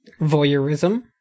Voyeurism